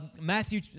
Matthew